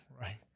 right